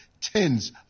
tens